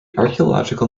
archaeological